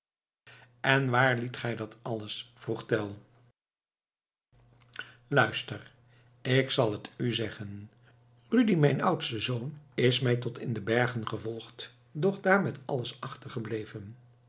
en waar liet gij dat alles vroeg tell luister ik zal het u zeggen rudi mijn oudste zoon is mij tot in de bergen gevolgd doch daar met alles